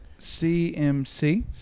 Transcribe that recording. CMC